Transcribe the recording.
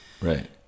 Right